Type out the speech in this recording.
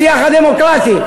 בשיח הדמוקרטי.